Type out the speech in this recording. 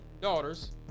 daughters